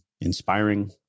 inspiring